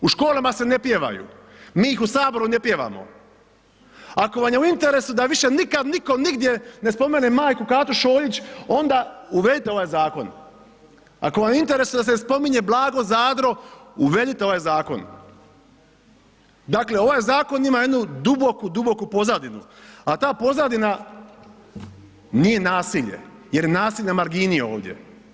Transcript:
U školama se ne pjevaju, mi ih u Saboru ne pjevamo, ako vam je u interesu da više nikad niko nigdje ne spomene majku Katu Šoljić onda uvedite ovaj zakon, ako vam je u interesu da se ne spominje Blago Zadro uvedite ovaj zakon, dakle ovaj zakon ima jednu duboku, duboku pozadinu, a ta pozadina nije nasilje jer nasilje je na margini ovdje.